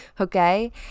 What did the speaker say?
okay